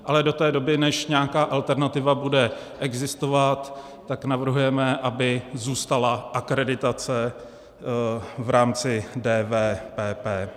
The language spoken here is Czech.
Ale do té doby, než nějaká alternativa bude existovat, tak navrhujeme, aby zůstala akreditace v rámci DVPP.